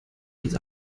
diese